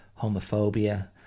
homophobia